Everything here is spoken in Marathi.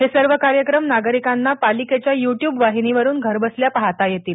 हे सर्व कार्यक्रम नागरिकांना पालिकेच्या युट्यूब वाहिनीवरून घरबसल्या पाहता येतील